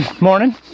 Morning